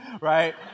right